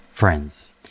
Friends